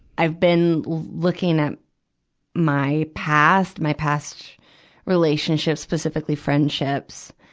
i've been looking at my past, my past relationships, specifically friendships.